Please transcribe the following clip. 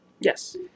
Yes